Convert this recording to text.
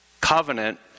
covenant